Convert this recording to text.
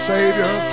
Savior